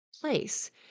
place